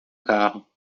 carro